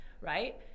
right